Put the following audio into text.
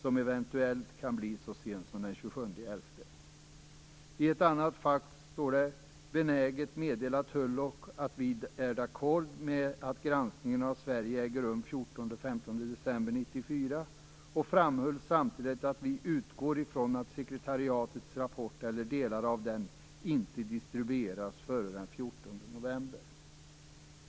I ett annat fax står det följande: "Benäget meddela Tulloch att vi d'accord med att granskningen av Sverige äger rum 14-15 december 1994 och framhöll samtidigt att vi utgår ifrån att sekretariatets rapport eller delar av den inte distribueras före den 14 november."